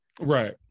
Right